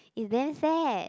is damn sad